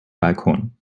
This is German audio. balkon